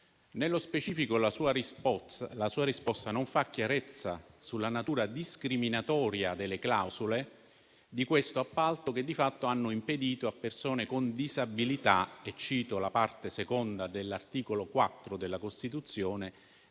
Nello specifico, la sua risposta non fa chiarezza sulla natura discriminatoria delle clausole di questo appalto che, di fatto, hanno impedito a persone con disabilità - e qui cito la parte seconda dell'articolo 4 della Costituzione